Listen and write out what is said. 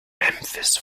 memphis